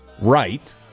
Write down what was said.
right